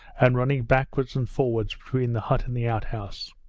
and running backwards and forwards between the hut and the outhouse.